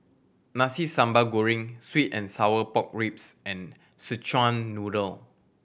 Nasi Sambal Goreng sweet and sour pork ribs and Szechuan Noodle